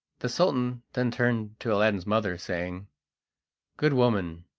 the sultan then turned to aladdin's mother, saying good woman,